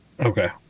Okay